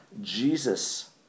Jesus